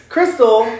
Crystal